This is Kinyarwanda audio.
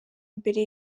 mbere